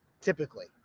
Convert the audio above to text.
typically